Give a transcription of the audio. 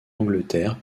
angleterre